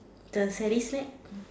the Sally sack